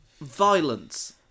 violence